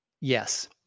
Yes